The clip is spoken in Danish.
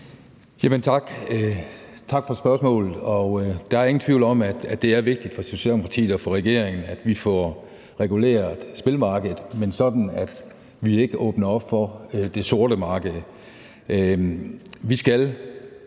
Tak for spørgsmålet. Der er ingen tvivl om, at det er vigtigt for Socialdemokratiet og for regeringen, at vi får reguleret spillemarkedet, men på en sådan måde, at vi ikke åbner op for det sorte marked.